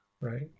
right